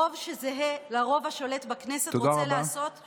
רוב שזהה לרוב השולט בכנסת רוצה לעשות, תודה רבה.